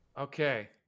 Okay